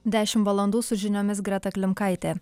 dešimt valandų su žiniomis greta klimkaitė